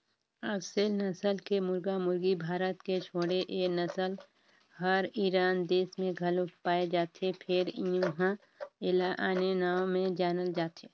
असेल नसल के मुरगा मुरगी भारत के छोड़े ए नसल हर ईरान देस में घलो पाये जाथे फेर उन्हा एला आने नांव ले जानल जाथे